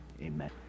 Amen